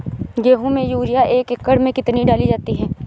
गेहूँ में यूरिया एक एकड़ में कितनी डाली जाती है?